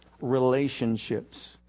relationships